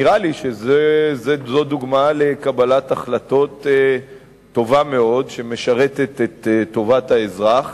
נראה לי שזו דוגמה לקבלת החלטות טובה מאוד שמשרתת את טובת האזרח,